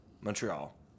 Montreal